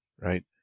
right